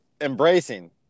embracing